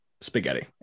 spaghetti